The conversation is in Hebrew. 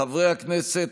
חברי הכנסת,